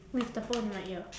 with the phone in my ear